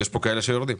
יש פה כאלה שיורדים.